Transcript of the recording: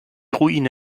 ruine